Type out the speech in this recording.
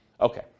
Okay